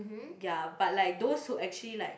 ya but like those who actually like